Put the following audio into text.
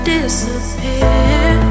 Disappear